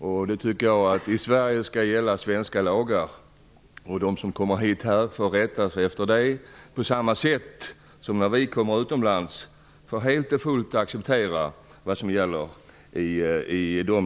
Jag tycker att i Sverige skall svenska lagar gälla. De som kommer hit får rätta sig efter dessa på samma sätt som vi när vi kommer utomlands helt och fullt får acceptera vad som gäller där.